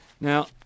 Now